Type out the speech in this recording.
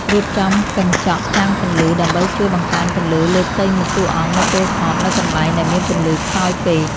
រៀបចំកញ្ចក់ចាំងពន្លឺដើម្បីជួយបង្កើនពន្លឺលើផ្ទៃមុខតួអង្គនៅពេលថតនៅកន្លែងដែលមានពន្លឺខ្សោយពេក។